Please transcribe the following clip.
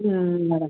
ಹ್ಞೂ ಮೇಡಮ್